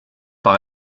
par